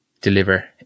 deliver